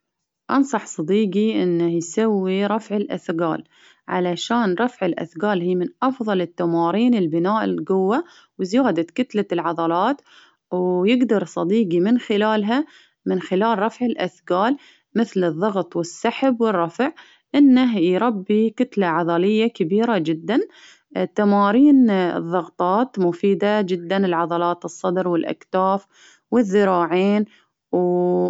أنصح صديقي إنه يسوي رفع الأثجال، علشان رفع الأثجال هي من أفضل التمارين لبناء القوة، وزيادة كتلة العضلات، ويقدر صديقي من خلالها من خلال رفع الأثجال، مثل الضغط، والسحب والرفع، إنه يربي كتلة عضل كبيرة جدا، تمارين الظغطات مفيدة جدا لعضلات الصدر، والأكتاف والذراعين وو.